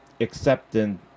accepting